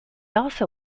also